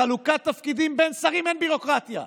בחלוקת תפקידים בין שרים אין ביורוקרטיה.